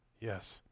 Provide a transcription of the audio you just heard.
yes